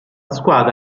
squadra